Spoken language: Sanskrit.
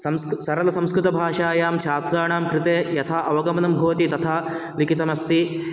संस्क् सरलसंस्कृतभाषायां छात्राणां कृते यथा अवगमनं भवति तथा लिखितमस्ति